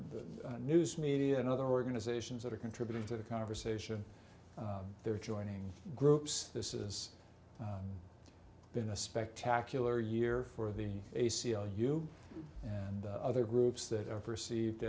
the news media and other organizations that are contributing to the conversation they're joining groups this is been a spectacular year for the a c l u and other groups that are perceived